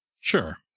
Sure